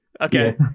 Okay